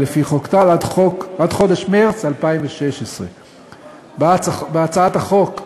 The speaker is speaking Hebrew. לפי חוק טל עד חודש מרס 2016. בהצעת החוק,